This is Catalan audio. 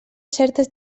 certes